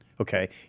Okay